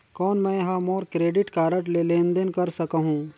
कौन मैं ह मोर क्रेडिट कारड ले लेनदेन कर सकहुं?